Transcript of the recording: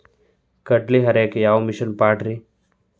ಕಡ್ಲಿ ಹರಿಯಾಕ ಯಾವ ಮಿಷನ್ ಪಾಡ್ರೇ?